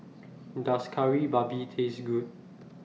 Does Kari Babi Taste Good